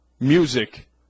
music